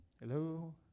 hello